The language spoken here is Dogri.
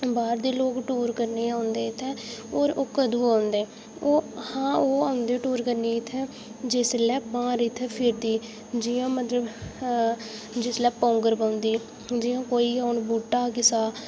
बाह्र दे लोक टूर करने ई औंदे इत्थै होर ओह् कदूं औंदे ओह् हां ओह् आंह्दे टूर करने ई इत्थैं जिसलै ब्हार इत्थै फिरदी जि'यां मतलब जिसलै पौंगर पौंदी जि'यां कोई हून बूह्टा किसै दा